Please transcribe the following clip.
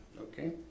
Okay